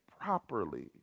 properly